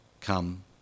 come